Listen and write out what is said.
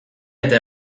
eta